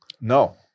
no